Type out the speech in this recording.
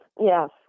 Yes